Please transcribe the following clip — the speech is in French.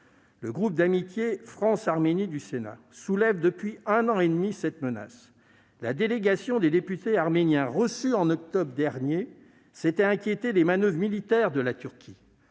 Le groupe d'amitié France-Arménie du Sénat dénonce depuis un an et demi cette menace. La délégation de députés arméniens reçue en octobre dernier s'était inquiétée des manoeuvres militaires de la Turquie.